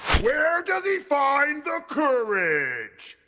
where does he find ah courage!